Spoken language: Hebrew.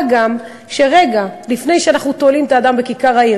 מה גם שרגע לפני שאנחנו תולים את האדם בכיכר העיר,